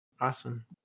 awesome